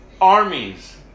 armies